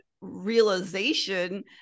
realization